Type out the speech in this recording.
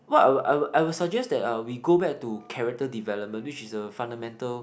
what I would I would I would suggest that uh we go back to character development which is a fundamental